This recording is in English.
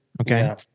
Okay